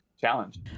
challenge